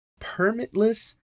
permitless